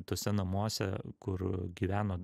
tuose namuose kur gyveno